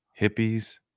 hippies